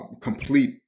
Complete